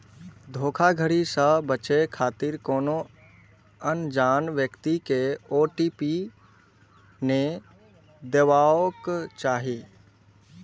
धोखाधड़ी सं बचै खातिर कोनो अनजान व्यक्ति कें ओ.टी.पी नै देबाक चाही